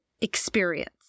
experience